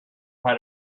how